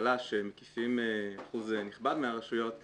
וכלכלה שהם אחוז נכבד מהרשויות,